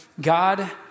God